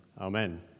amen